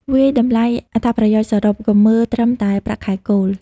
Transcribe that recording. វាយតម្លៃអត្ថប្រយោជន៍សរុប កុំមើលត្រឹមតែប្រាក់ខែគោល។